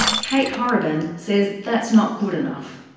kate horrobin says that's not good enough.